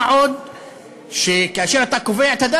מה עוד שכאשר אתה קובע את הדם,